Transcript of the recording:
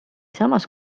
samas